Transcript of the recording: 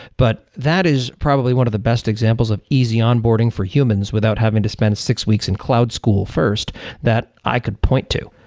but that is probably one of the best examples of easy onboarding for humans without having to spend six weeks in cloud school first that i could point to.